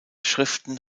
schriften